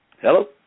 Hello